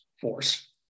force